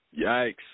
Yikes